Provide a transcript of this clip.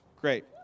great